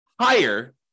higher